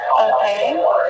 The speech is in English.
Okay